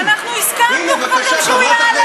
אנחנו הסכמנו כבר גם שהוא יעלה.